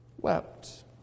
wept